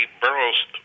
Burroughs